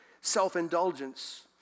self-indulgence